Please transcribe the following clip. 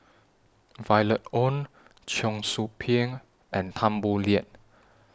Violet Oon Cheong Soo Pieng and Tan Boo Liat